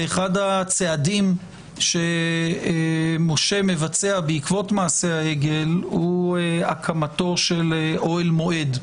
אחד הצעדים שמשה מבצע בעקבות מעשה העגל הוא הקמת אוהל מועד.